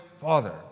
Father